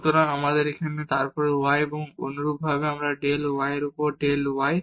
সুতরাং এখানে তারপর y এবং অনুরূপভাবে আমরা ডেল y এর উপর ডেল y